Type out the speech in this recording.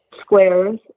squares